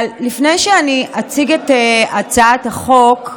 אבל לפני שאציג את הצעת החוק,